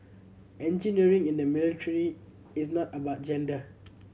engineering in the military is not about gender